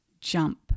jump